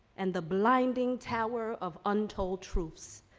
and the blinding tower of untold truths.